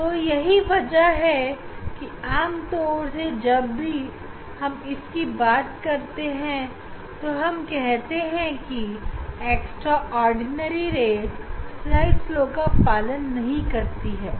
तो यही वजह है कि आमतौर से जब भी हम इसकी बात करते हैं तो यह कहते हैं कि एक्स्ट्रा ऑर्डिनरी रे स्नेल लाSnell's law का पालन नहीं करती है